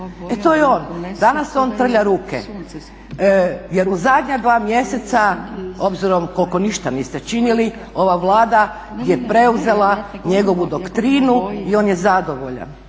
E to je on. Danas on trlja ruke jer u zadnja dva mjeseca obzirom koliko ništa niste činili ova Vlada je preuzela njegovu doktrinu i on je zadovoljan.